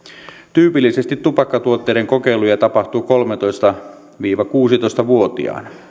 tyypillisesti tupakkatuotteiden kokeiluja tapahtuu kolmetoista viiva kuusitoista vuotiaana